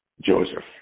Joseph